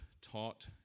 taught